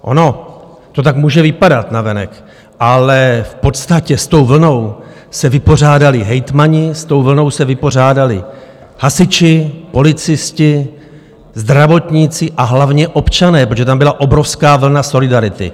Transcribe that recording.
Ono to tak může vypadat navenek, ale v podstatě s tou vlnou se vypořádali hejtmani, s tou vlnou se vypořádali hasiči, policisté, zdravotníci a hlavně občané, protože tam byla obrovská vlna solidarity.